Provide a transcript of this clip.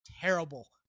terrible